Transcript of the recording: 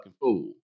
fool